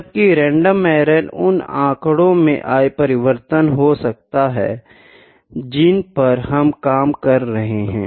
जबकि random error उन आंकड़ों में आये परिवर्तन हो सकता है जिन पर हम काम कर रहे है